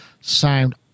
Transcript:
sound